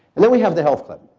and then we have the health club.